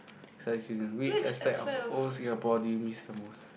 so as you can which aspect of old Singapore do you miss the most